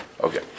Okay